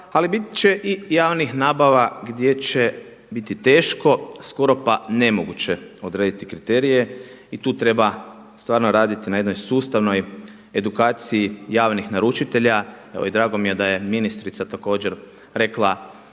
ali bit će i javnih nabava gdje će biti teško, skoro pa nemoguće odrediti kriterije i tu treba stvarno raditi na jednoj sustavnoj edukaciji javnih naručitelja. Evo i drago mi je da je ministrica također rekla